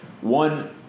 One